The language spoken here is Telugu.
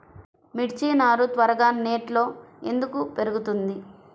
మిర్చి నారు త్వరగా నెట్లో ఎందుకు పెరుగుతుంది?